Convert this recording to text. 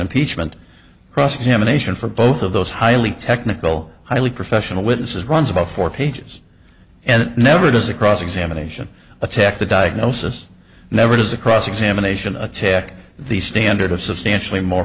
impeachment cross examination for both of those highly technical highly professional witnesses runs about four pages and never does a cross examination attack the diagnosis never does a cross examination attack the standard of substantially more